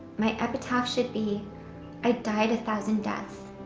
my epitaph should be i died a thousand deaths.